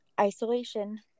Isolation